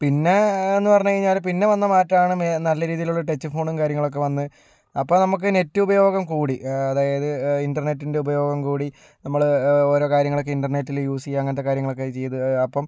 പിന്നേ എന്ന് പറഞ്ഞ് കഴിഞ്ഞാല് പിന്നെ വന്ന മാറ്റമാണ് നല്ല രീതിയിലുള്ള ടച്ച് ഫോണും കാര്യങ്ങളൊക്കെ വന്ന് അപ്പോൾ നമുക്ക് നെറ്റ് ഉപയോഗം കൂടി അതായത് ഇന്റർനെറ്റിൻ്റെ ഉപയോഗം കൂടി നമ്മള് ഓരോ കാര്യങ്ങളൊക്കെ ഇന്റർനെറ്റില് യൂസ് ചെയ്യുക അങ്ങനത്തെ കാര്യങ്ങളൊക്കെ ചെയ്ത് അപ്പം